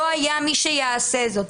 לא היה מי שיעשה זאת.